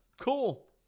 Cool